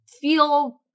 feel